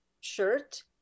shirt